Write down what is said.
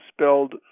spelled